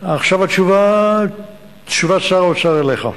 עכשיו תשובת שר האוצר אליך.